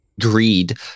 greed